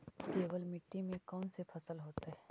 केवल मिट्टी में कौन से फसल होतै?